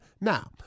Now